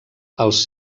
els